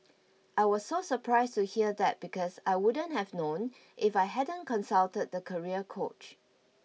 I was so surprised to hear that because I wouldn't have known if I hadn't consulted the career coach